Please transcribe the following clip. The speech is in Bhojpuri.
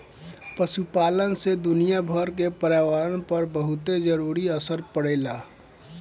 पशुपालन से दुनियाभर के पर्यावरण पर बहुते जरूरी असर पड़ेला